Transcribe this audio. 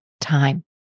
time